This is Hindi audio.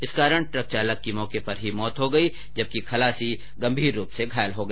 इस कारण ट्रक चालक की मौके पर ही मौत हो गई जबकि खलासी गंभीर रूप से घायल हो गया